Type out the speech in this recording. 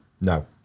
No